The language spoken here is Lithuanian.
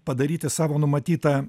padaryti savo numatytą